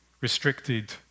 restricted